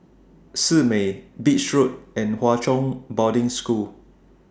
Simei Beach Road and Hwa Chong Boarding School